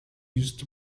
use